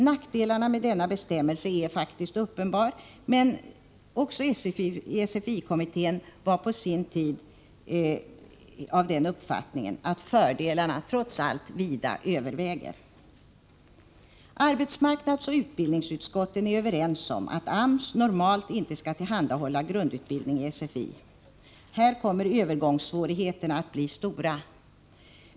Nackdelarna med bestämmelsen är faktiskt uppenbara. Men även SFI kommittén var på sin tid av den uppfattningen att fördelarna — trots allt — vida överväger. Arbetsmarknadsoch utbildningsutskotten är överens om att AMS normalt inte skall tillhandahålla grundutbildning i SFI. Här kommer övergångssvårigheterna att bli stora.